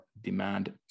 demand